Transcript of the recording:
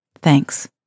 Thanks